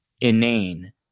inane